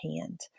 hand